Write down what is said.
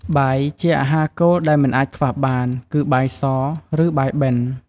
បាយ ជាអាហារគោលដែលមិនអាចខ្វះបាន គឺបាយស ឬ បាយបិណ្ឌ។